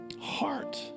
heart